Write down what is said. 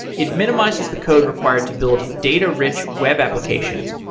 it minimizes the code required to build data-rich web applications,